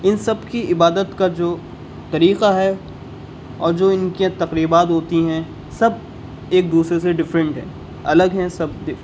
ان سب کی عبادت کا جو طریقہ ہے اور جو ان کے تقریبات ہوتی ہیں سب ایک دوسرے سے دفرینٹ ہیں الگ ہیں سب کے